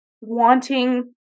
wanting